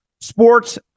sports